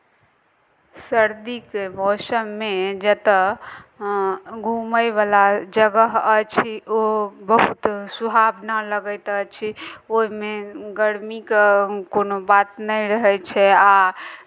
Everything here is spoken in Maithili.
सर्दीके मौसममे जतय घुमयवला जगह अछि ओ बहुत सुहावना लगैत अछि ओहिमे गर्मीके कोनो बात नहि रहै छै आ